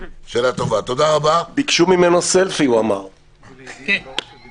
--- סיימנו עם